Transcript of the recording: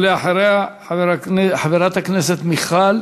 ואחריה, חברת הכנסת מיכל